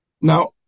Now